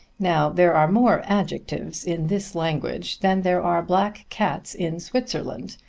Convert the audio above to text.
now there are more adjectives in this language than there are black cats in switzerland,